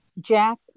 Jack